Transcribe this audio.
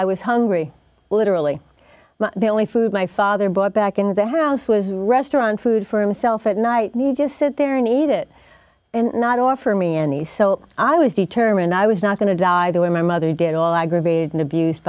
i was hungry literally the only food my father bought back in the house was restaurant food for himself at night need to sit there and ate it and not offer me any so i was determined i was not going to die the way my mother did all aggravated and abused